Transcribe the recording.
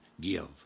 give